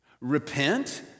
Repent